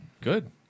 Good